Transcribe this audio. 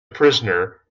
prisoner